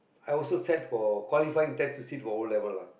I also sat for qualifying test to sit for O-level ah